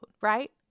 right